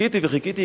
חיכיתי וחיכיתי.